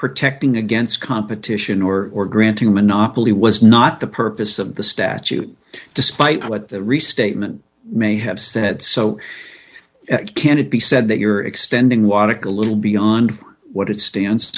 protecting against competition or or granting monopoly was not the purpose of the statute despite what the restatement may have said so can it be said that you're extending water to little beyond what it stands